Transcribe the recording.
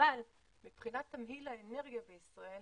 מבחינת תמהיל האנרגיה בישראל,